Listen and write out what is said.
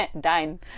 Dine